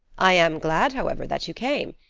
i am glad, however, that you came.